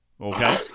Okay